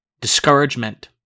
discouragement